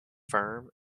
firm